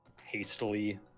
hastily